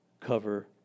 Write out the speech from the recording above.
cover